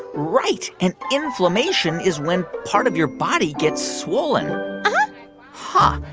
right. and inflammation is when part of your body gets swollen uh-huh huh.